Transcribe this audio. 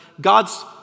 God's